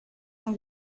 son